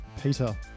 Peter